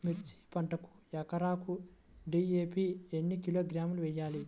మిర్చి పంటకు ఎకరాకు డీ.ఏ.పీ ఎన్ని కిలోగ్రాములు వేయాలి?